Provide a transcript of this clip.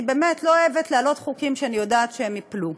אני באמת לא אוהבת להעלות חוקים שאני יודעת שהם ייפלו,